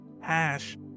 hash